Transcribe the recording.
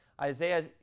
Isaiah